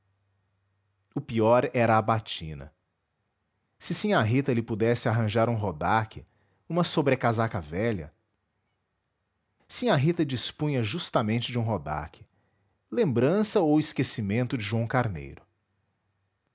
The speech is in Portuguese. o pior era a batina se sinhá rita lhe pudesse arranjar um rodaque uma sobrecasaca velha sinhá rita dispunha justamente de um rodaque lembrança ou esquecimento de joão carneiro